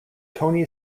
tony